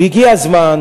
והגיע הזמן